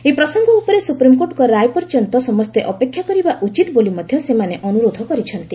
ଏହି ପ୍ରସଙ୍ଗ ଉପରେ ସୁପ୍ରିମ୍କୋର୍ଟଙ୍କ ରାୟ ପର୍ଯ୍ୟନ୍ତ ସମସ୍ତେ ଅପେକ୍ଷା କରିବା ଉଚିତ ବୋଲି ମଧ୍ୟ ସେମାନେ ଅନୁରୋଧ କରିଛନ୍ତି